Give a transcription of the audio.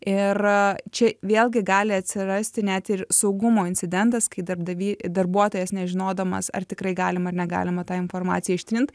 ir čia vėlgi gali atsirasti net ir saugumo incidentas kai darbdavy darbuotojas nežinodamas ar tikrai galima ar negalima tą informaciją ištrint